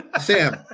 Sam